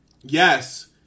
Yes